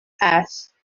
asked